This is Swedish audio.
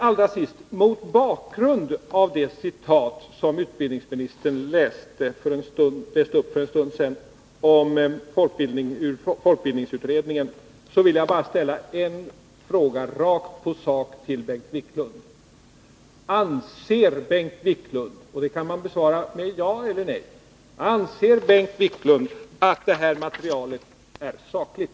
Allra sist: Mot bakgrund av det citat som utbildningsministern läste upp för en stund sedan ur folkbildningsutredningen vill jag bara ställa en fråga rakt på sak till Bengt Wiklund: Anser Bengt Wiklund — och den frågan kan besvaras med ja eller nej — att det aktuella studiematerialet är sakligt?